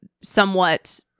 somewhat